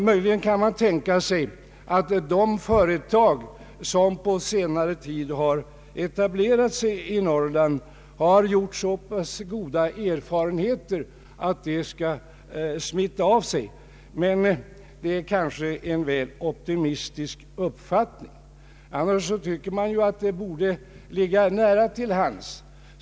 Möjligen kan man tänka sig att de företag som på senare tid har etablerat sig i Norrland gjort så pass goda erfarenheter att det kan smitta av sig, men det är kanske en väl optimistisk uppfattning. Annars tycker man att det borde ligga nära till hands.